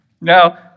Now